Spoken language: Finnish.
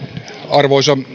arvoisa